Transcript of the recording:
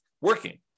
working